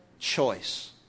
choice